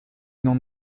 n’en